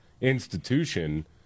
institution